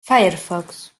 firefox